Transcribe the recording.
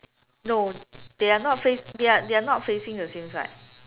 no they are not face they are they are not facing the same side